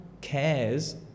cares